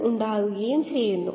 എന്തിനാണ് നമ്മൾ ഇത് ചെയ്യുന്നത്